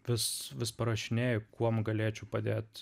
vis vis prašinėju kuom galėčiau padėt